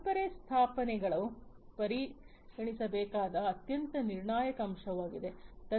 ಪರಂಪರೆ ಸ್ಥಾಪನೆಗಳು ಪರಿಗಣಿಸಬೇಕಾದ ಅತ್ಯಂತ ನಿರ್ಣಾಯಕ ಅಂಶವಾಗಿದೆ